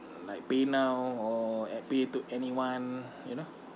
like paynow or at pay to anyone you know